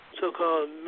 so-called